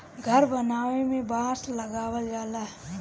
घर बनावे में बांस लगावल जाला